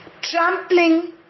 trampling